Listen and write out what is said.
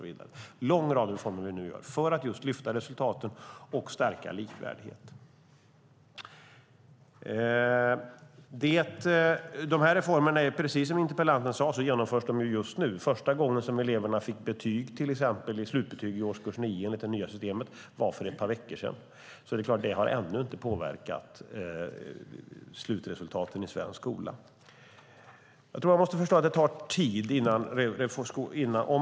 Vi gör en lång rad reformer för att höja resultaten och stärka likvärdigheten. Dessa reformer genomförs nu, precis som interpellanten sade. Första gången eleverna fick slutbetyg i årskurs 9 enligt det nya systemet var för ett par veckor sedan. Det är klart att det ännu inte har påverkat slutresultaten i svensk skola.